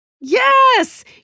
Yes